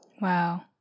wow